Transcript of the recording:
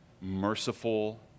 merciful